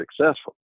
successful